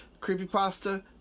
Creepypasta